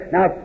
Now